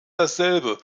dasselbe